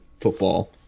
football